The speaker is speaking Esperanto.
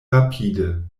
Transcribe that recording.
rapide